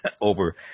over